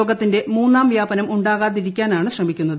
രോഗത്തിന്റെ മൂന്നാംവ്യാപനം ഉണ്ടാകാതിരിക്കാനാണ് ശ്രമിക്കുന്നത്